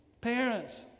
Parents